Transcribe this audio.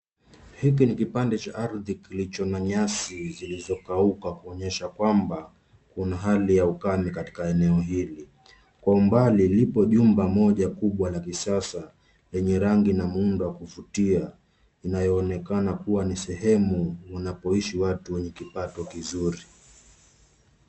Hiki ni kipande cha ardhi kilicho na nyasi zilizokauka kuonyesha kwamba, kuna hali ya ukame katika eneo hili. Kwa umbali lipo jengo moja kubwa la kisasa, lenye rangi na muundo wa kuvutia, inayoonekana kuwa ni sehemu wanapoishi watu wenye kipato kizuri.